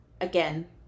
again